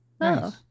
Nice